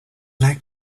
like